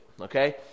okay